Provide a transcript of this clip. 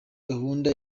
gahunda